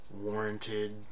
warranted